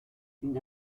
une